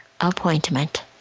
appointment